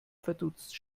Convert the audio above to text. verdutzt